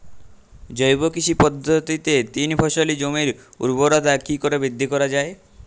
জৈব কৃষি পদ্ধতিতে তিন ফসলী জমির ঊর্বরতা কি করে বৃদ্ধি করা য়ায়?